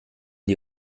die